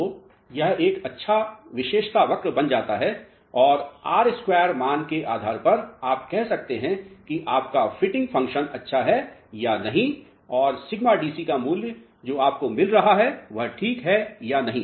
तो यह एक अच्छा विशेषता वक्र बन जाता है और R2 मान के आधार पर आप कह सकते हैं कि आपका फिटिंग फ़ंक्शन अच्छा है या नहीं और σDC का मूल्य जो आपको मिल रहा है वह ठीक है या नहीं